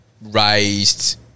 raised